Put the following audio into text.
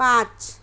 पाँच